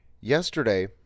yesterday